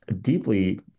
deeply